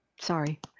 Sorry